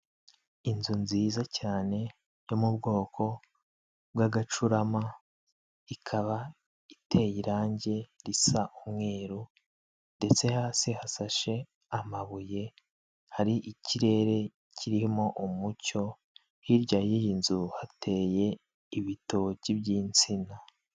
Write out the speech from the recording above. Inzu nziza cyane yo mu bwoko bw'agacurama ikaba iteye irangi risa umweru ndetse hasi hasashe amabuye hari ikirere kirimo umucyo hirya y'iyi nzu hateye ibitoki by'insina.